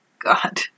God